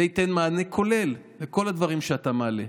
זה ייתן מענה כולל לכל הדברים שאתה מעלה.